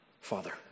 Father